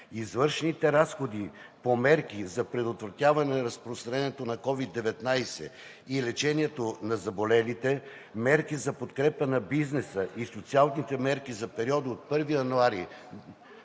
Извършените разходи по мерки за предотвратяване на разпространението на COVID-19 и лечението на заболелите, мерки за подкрепа на бизнеса и социалните мерки за периода от 1 януари